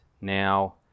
now